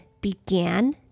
began